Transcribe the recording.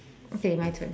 okay my turn